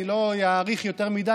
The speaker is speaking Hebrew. אני לא אאריך יותר מדי,